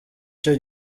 cyo